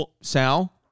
Sal